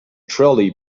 trolley